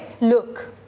Look